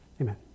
Amen